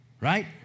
Right